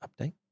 update